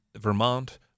Vermont